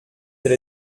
elle